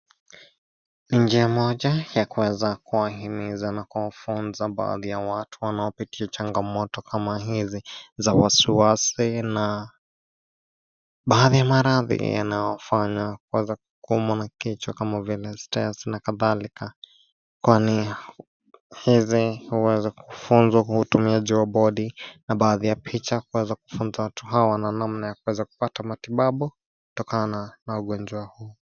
Njia moja ya kuweza kuwahimiza na kuwafunza baadhi ya watu wanaopitia changamoto kama hizi za wasiwasi na baadhi ya maradhi yanayowafanya waanze kuumwa na kichwa kama vile (cs) stress (cs) na kadhalika. Kwani hizi huwa za kufunzwa kutumia baadhi ya (cs) board(cs) na picha kuweza kufunza watu matibabu kutokana na ugonjwa huu.